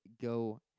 go